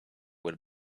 will